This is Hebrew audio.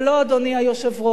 ולא, אדוני היושב-ראש,